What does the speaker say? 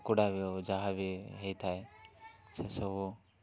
କୁକୁଡ଼ା ବି ହଉ ଯାହା ବିି ହେଇଥାଏ ସେସବୁ